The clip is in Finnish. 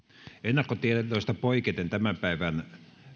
ennakkotiedoista poiketen tämän päivän